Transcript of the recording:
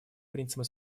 принципам